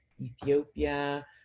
ethiopia